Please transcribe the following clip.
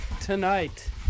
tonight